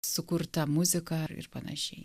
sukurtą muziką ir panašiai